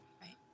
Right